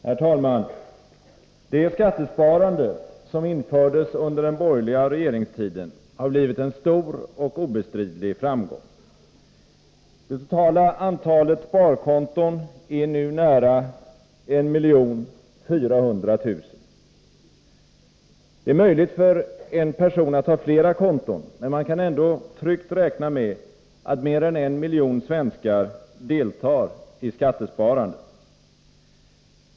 Herr talman! Det skattesparande som infördes under den borgerliga regeringstiden har blivit en stor och obestridlig framgång. Det totala antalet sparkonton är nu nära 1 400 000. Det är möjligt för en person att ha flera konton, men man kan ändå tryggt räkna med att mer än en miljon svenskar deltar i skattesparandet.